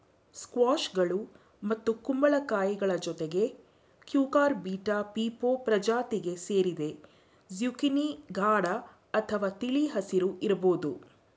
ಸ್ಕ್ವಾಷ್ಗಳು ಮತ್ತು ಕುಂಬಳಕಾಯಿಗಳ ಜೊತೆಗೆ ಕ್ಯೂಕರ್ಬಿಟಾ ಪೀಪೊ ಪ್ರಜಾತಿಗೆ ಸೇರಿದೆ ಜುಕೀನಿ ಗಾಢ ಅಥವಾ ತಿಳಿ ಹಸಿರು ಇರ್ಬೋದು